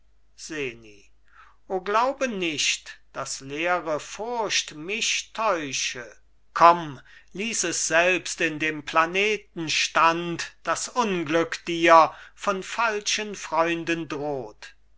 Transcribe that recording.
seni o glaube nicht daß leere furcht mich täusche komm lies es selbst in dem planetenstand daß unglück dir von falschen freunden droht